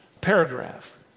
paragraph